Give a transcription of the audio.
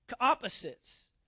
opposites